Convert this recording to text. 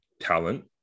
talent